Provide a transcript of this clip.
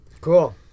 Cool